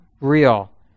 real